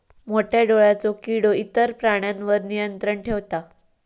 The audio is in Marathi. मोठ्या डोळ्यांचो किडो इतर प्राण्यांवर नियंत्रण ठेवता